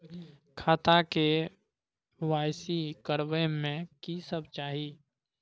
खाता के के.वाई.सी करबै में की सब चाही?